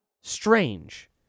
strange